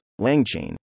LangChain